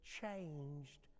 changed